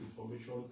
information